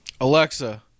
Alexa